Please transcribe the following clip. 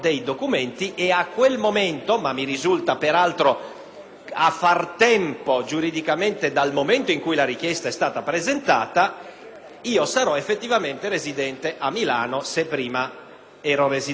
peraltro, giuridicamente dal momento in cui la richiesta è stata presentata - quel cittadino sarà effettivamente residente a Milano se prima era residente a Roma. All'estero non funziona allo stesso modo.